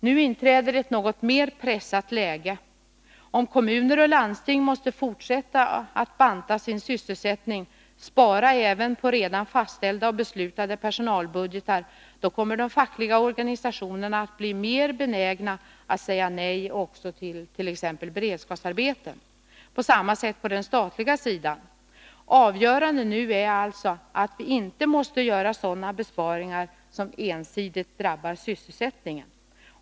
Nu inträder ett något mer pressat läge: Om kommuner och landsting måste fortsätta att banta sin sysselsättning och spara även på redan fastställda personalbudgetar, då kommer de fackliga organisationerna att bli mer benägna att säga nej också tillt.ex. beredskapsarbeten. På samma sätt är det på den statliga sidan. Avgörande nu är alltså att vi måste undvika att göra sådana besparingar som ensidigt drabbar sysselsättningen.